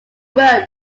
road